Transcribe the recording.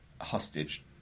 hostage